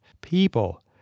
people